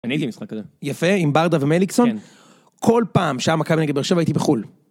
אני הייתי במשחק הזה. יפה, עם ברדה ומליקסון? כן. בכל פעם שהיה מכבי נגד באר שבע הייתי בחו"ל.